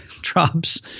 drops